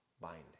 binding